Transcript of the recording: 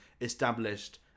established